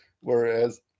whereas